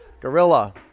gorilla